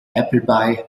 appleby